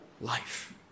life